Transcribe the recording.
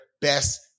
best